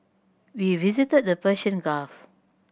we visited the Persian Gulf